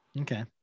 Okay